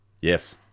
Yes